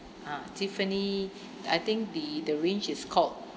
ah tiffany I think the the range is called